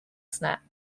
snacks